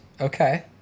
Okay